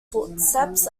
footsteps